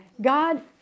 God